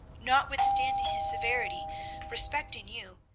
notwithstanding his severity respecting you,